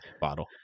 bottle